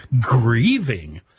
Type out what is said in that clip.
grieving